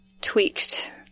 tweaked